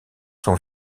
sont